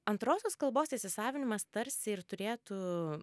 antrosios kalbos įsisavinimas tarsi ir turėtų